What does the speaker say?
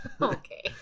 Okay